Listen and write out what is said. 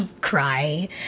cry